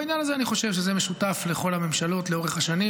בעניין הזה אני חושב שזה משותף לכל הממשלות לאורך השנים.